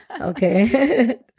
Okay